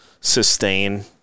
sustain